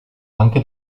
anche